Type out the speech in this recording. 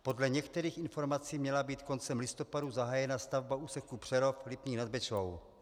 Podle některých informací měla být koncem listopadu zahájena stavba úseku Přerov Lipník nad Bečvou.